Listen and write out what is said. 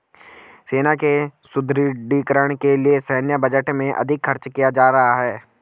सेना के सुदृढ़ीकरण के लिए सैन्य बजट में अधिक खर्च किया जा रहा है